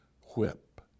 whip